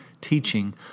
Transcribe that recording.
teaching